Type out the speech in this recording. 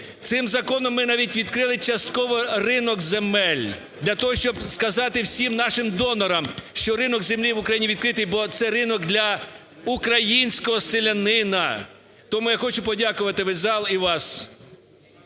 Цим законом ми, навіть, відкрили частково ринок земель для того, щоб сказати всім нашим донорам, що ринок землі в Україні відкритий, бо це ринок для українського селянина. Тому я хочу подякувати всьому залу і вам,